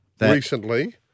recently